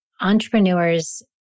entrepreneurs